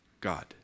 God